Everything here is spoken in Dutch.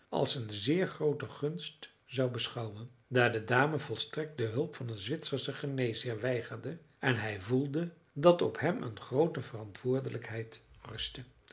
als een zeer groote gunst zou beschouwen daar de dame volstrekt de hulp van een zwitserschen geneesheer weigerde en hij voelde dat op hem een groote verantwoordelijkheid